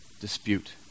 dispute